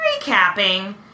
recapping